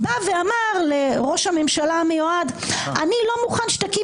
אמר לראש הממשלה המיועד: אני לא מוכן שתקים